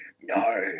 no